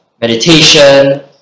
meditation